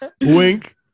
wink